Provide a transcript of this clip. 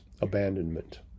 abandonment